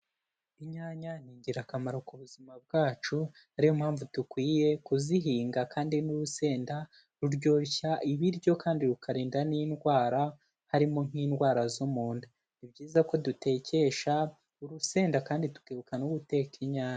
Inyanya ni ingirakamaro ku buzima bwacu ariyo mpamvu dukwiye kuzihinga kandi n'urusenda ruryoshya ibiryo kandi rukarinda n'indwara, harimo nk'indwara zo mu nda, ni byiza ko dutekesha urusenda kandi tukibuka no guteka inyanya.